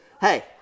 Hey